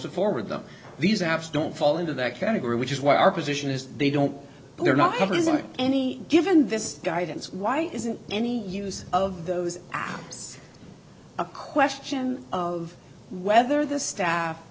to forward them these apps don't fall into that category which is why our position is they don't they're not having any given this guidance why isn't any use of those apps a question of whether the staff